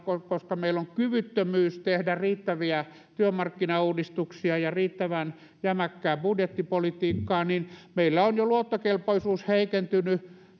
koska meillä on kyvyttömyys tehdä riittäviä työmarkkinauudistuksia ja riittävän jämäkkää budjettipolitiikkaa niin meillä on jo luottokelpoisuus heikentynyt